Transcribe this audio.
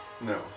No